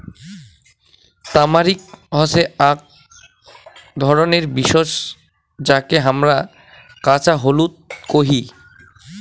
তামারিক হসে আক ধরণের ভেষজ যাকে হামরা কাঁচা হলুদ কোহি